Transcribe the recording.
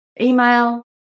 email